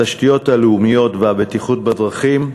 התשתיות הלאומיות והבטיחות בדרכים,